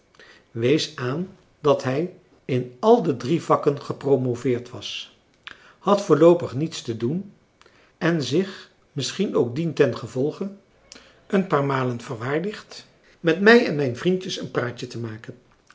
wees aan dat hij in al de drie vakken gepromoveerd was had voorloopig niets te doen en zich misschien ook dientengevolge een paar malen verwaardigd met mij en mijn vriendjes een praatje te maken